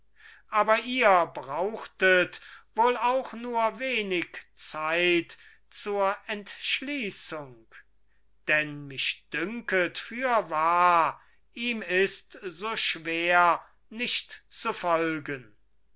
aber ihr brauchtet wohl auch nur wenig zeit zur entschließung denn mich dünket fürwahr ihm ist so schwer nicht zu folgen